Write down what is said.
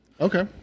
okay